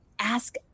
ask